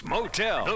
Motel